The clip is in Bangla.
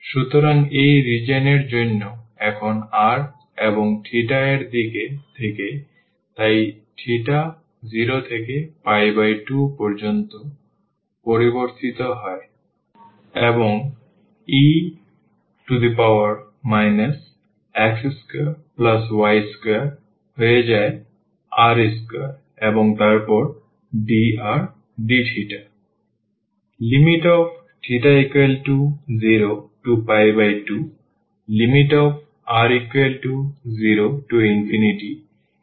সুতরাং এই রিজিওন এর জন্য এখন r এবং এর দিক থেকে তাই 0 থেকে 2 পর্যন্ত পরিবর্তিত হয় এবং r 0 থেকে পর্যন্ত পরিবর্তিত হয় এবং e x2y2 হয়ে যায় r2 এবং তারপর dr dθ